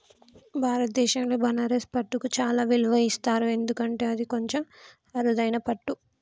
భారతదేశంలో బనారస్ పట్టుకు చాలా విలువ ఇస్తారు ఎందుకంటే అది కొంచెం అరుదైన పట్టు